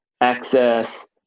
access